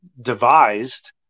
devised